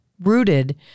rooted